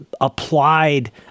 applied